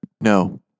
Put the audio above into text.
No